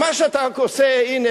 הנה,